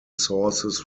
sources